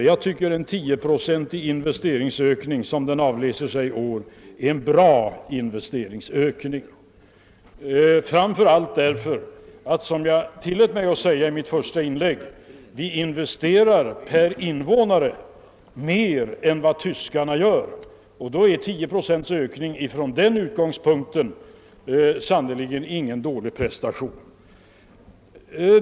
Men jag tycker att en tioprocentig investeringsökning är en bra investeringsökning, framför allt därför att — som jag tillät mig att påpeka i mitt första inlägg — vi per invånare investerar mer än tyskarna. Med den utgångspunkten är 10 procents investeringsökning sannerligen ingen dålig prestation.